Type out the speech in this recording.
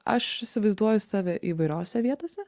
aš įsivaizduoju save įvairiose vietose